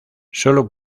solo